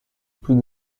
plus